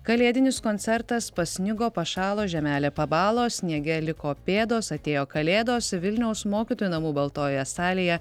kalėdinis koncertas pasnigo pašalo žemelė pabalo sniege liko pėdos atėjo kalėdos vilniaus mokytojų namų baltojoje salėje